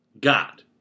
God